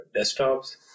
desktops